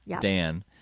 Dan